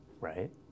right